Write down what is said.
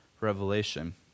Revelation